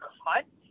cut